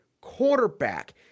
quarterback